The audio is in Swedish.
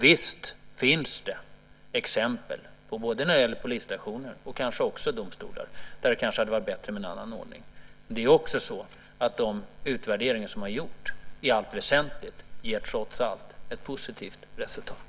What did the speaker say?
Visst finns det exempel, när det gäller polisstationer och kanske också domstolar, där det kanske hade varit bättre med en annan ordning. Trots allt ger de utvärderingar som har gjorts i allt väsentligt ett positivt resultat.